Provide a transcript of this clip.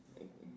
okay